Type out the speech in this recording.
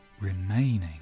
remaining